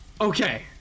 Okay